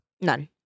None